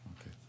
Okay